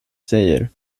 säger